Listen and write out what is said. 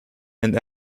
and